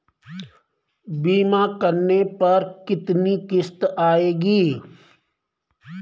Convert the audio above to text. बीमा करने पर कितनी किश्त आएगी?